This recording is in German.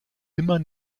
immer